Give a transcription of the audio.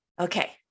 Okay